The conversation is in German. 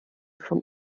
vom